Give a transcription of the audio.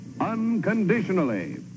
unconditionally